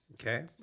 Okay